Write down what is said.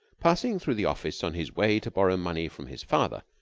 passing through the office on his way to borrow money from his father,